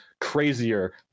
crazier